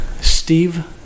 Steve